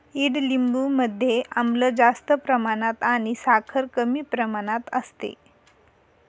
ईडलिंबू मध्ये आम्ल जास्त प्रमाणात आणि साखर कमी प्रमाणात असते